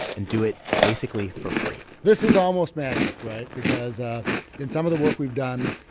and do it basically for free this is almost magic, right? because ah in some of the work we've done,